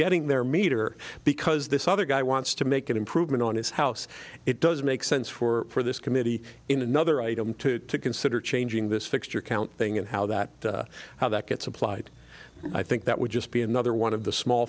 getting their meter because this other guy wants to make an improvement on his house it does make sense for this committee in another item to consider changing this fixture count thing and how that how that gets applied i think that would just be another one of the small